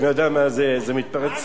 זה מתפרץ.